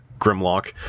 Grimlock